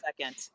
second